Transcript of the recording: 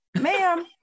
Ma'am